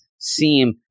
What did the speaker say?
Seem